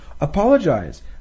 Apologize